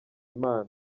imana